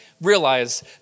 realize